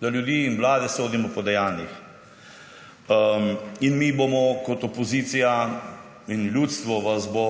da ljudi in vlade sodimo po dejanjih, strinjamo. In mi bomo kot opozicija in ljudstvo vas bo